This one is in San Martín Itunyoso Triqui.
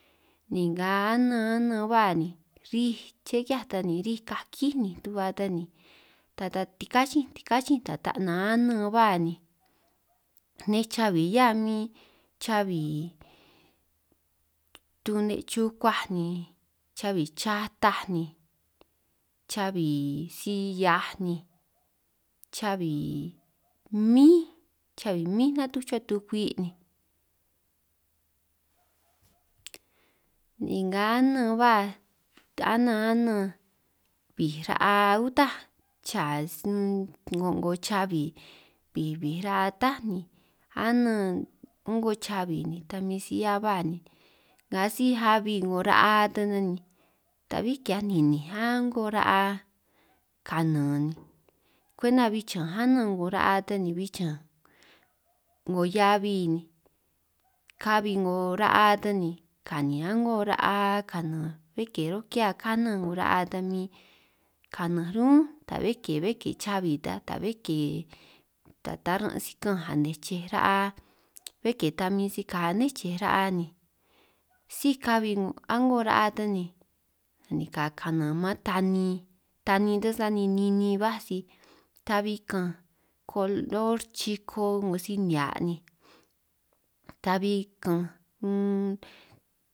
Ni nga anan anan ba ni ríj chekeaj ta ni rij kakíj ni tuba ta ni ta ta ticachinj tikachinj ta ta nan anan ba ni, nej chabi 'hia min chabi tune' chukuaj ni, chabi chataj ni, chabi si-hiaj ni, chabi mín, chabi mín natuj chuhua tukwi' ni, nga anan ba anan anan bij ra'a utaj chaa 'ngo 'ngo chabi, bij bij ra'a ta ni anan 'ngo chabi ni ta min si 'hia ba ni, nga síj abi 'ngo ra'a ta ni ta'bí ki'hiaj nininj a'ngo ra'a kanan ni, kwenta bi chanj anan 'ngo ra'a ta ni bi chanj 'ngo heabi ni kabi 'ngo ra'a ta ni ka'nin a'ngo ra'a kanan, bé ke ro' ki'hia kanan 'ngo ra'a ta min kananj ñún ta ba ke be ke chabi ta ta be ke, ta taran' si ka'anj anej chej ra'a bé ke ta min si ka ané chej ra'a ni, sí kabi 'ngo a'ngo ra'a ta ni nanika kanan man tanin tanin ta sani ninin baj ta'bi ka'anj kolor chiko 'ngo si nihia' ni ta'bi ka'anj un.